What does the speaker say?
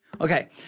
okay